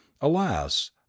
Alas